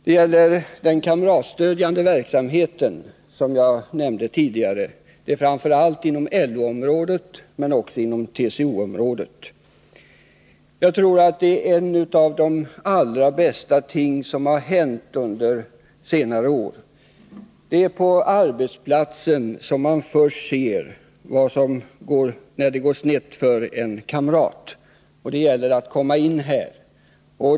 Det gäller den kamratstödjande verksamheten, som jag nämnde tidigare, framför allt inom LO-området, men också inom TCO-området. Jag tror att denna verksamhet är ett av de allra bästa ting som har hänt under senare år. Det är på arbetsplatsen som man först ser när det går snett för en kamrat, och då gäller det att komma in där.